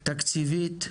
תקציבית,